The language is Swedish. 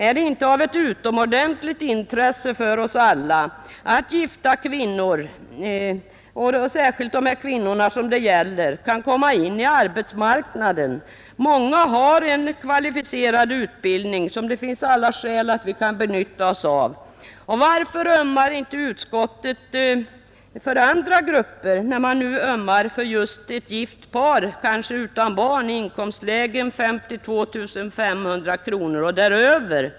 Är det inte av utomordentligt intresse för oss alla att gifta kvinnor — och särskilt de kvinnor som det här gäller — kan komma in på arbetsmarknaden? Många har en kvalificerad utbildning som det finns alla skäl att vi kan utnyttja. Varför ömmar inte utskottet för andra grupper, när man nu ömmar för ett gift par, kanske utan barn, i inkomstläget 52 500 kronor och däröver?